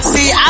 See